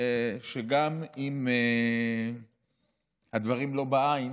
שבה גם אם הדברים לא בעין,